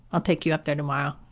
i'll take you up there tomorrow.